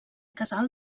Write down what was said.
casal